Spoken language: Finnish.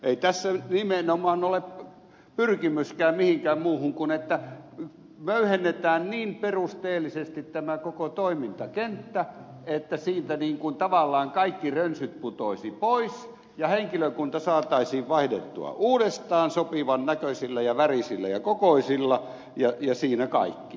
ei tässä nimenomaan ole pyrkimyskään mihinkään muuhun kuin että möyhennetään niin perusteellisesti tämä koko toimintakenttä että siitä tavallaan kaikki rönsyt putoaisivat pois ja henkilökunta saataisiin vaihdettua uudestaan sopivan näköisillä ja värisillä ja kokoisilla ja siinä kaikki